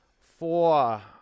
four